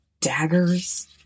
daggers